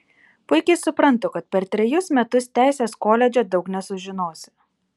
puikiai suprantu kad per trejus metus teisės koledže daug nesužinosi